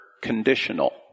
conditional